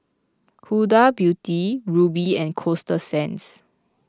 Huda Beauty Rubi and Coasta Sands